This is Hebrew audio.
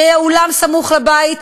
שיהיה אולם סמוך לבית,